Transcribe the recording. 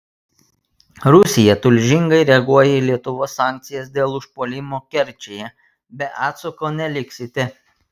rusija tulžingai reaguoja į lietuvos sankcijas dėl užpuolimo kerčėje be atsako neliksite